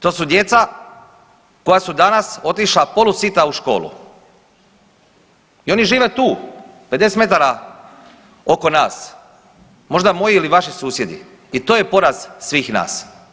To su djeca koja su danas otišla polu sita u školu i oni žive tu 50 metara oko nas, možda moji ili vaši susjedi i to je poraz svih nas.